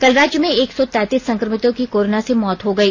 कल राज्य में एक सौ तैंतीस संक्रमितों की कोरोना से मौत हो गई